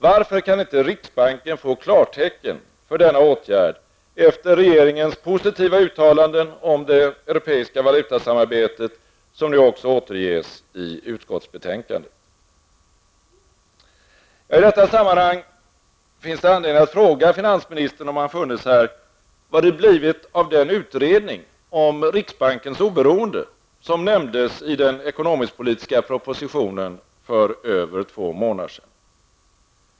Varför kan inte riksbanken få klartecken för denna åtgärd efter regeringens positiva uttalanden om det europeiska valutasamarbetet, som också återges i utskottsbetänkandet? I detta sammanhang hade det, om finansministern varit här, funnits anledning att fråga honom vad det blivit av den utredning om riksbankens oberoende som nämndes i den ekonomisk-politiska propositionen för över två månader sedan.